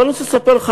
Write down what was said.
אבל אני רוצה לספר לך,